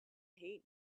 hate